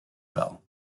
bell